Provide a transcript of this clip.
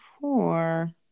four